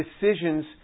decisions